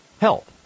help